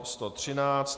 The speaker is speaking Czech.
113.